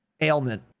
ailment